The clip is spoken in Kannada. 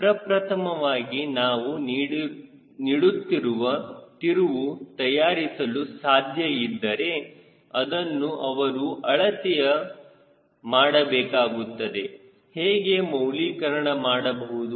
ಪ್ರಪ್ರಥಮವಾಗಿ ನಾವು ನೀಡುತ್ತಿರುವ ತಿರುವು ತಯಾರಿಸಲು ಸಾಧ್ಯ ಇದ್ದರೆ ಅದನ್ನು ಅವರು ಅಳತೆಯನ್ನು ಮಾಡಬೇಕಾಗುತ್ತದೆ ಹೇಗೆ ಮೌಲೀಕರಣ ಮಾಡಬಹುದು